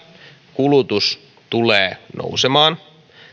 kulutus tulee nousemaan